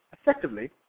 effectively